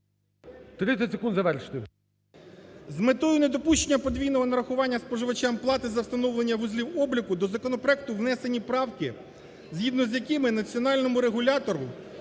30 секунд. Завершуйте. СТАШУК В.Ф. З метою недопущення подвійного нарахування споживачам плати за встановлення вузлів обліку до законопроекту внесені правки, згідно з якими Національному регулятору